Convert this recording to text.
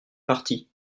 parti